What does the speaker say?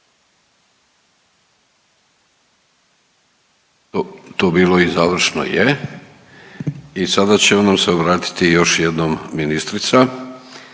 To bilo i završno, je. I sada će nam se obratiti još jednom ministrica